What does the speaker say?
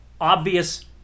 obvious